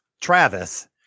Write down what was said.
Travis